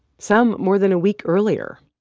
some more than a week earlier,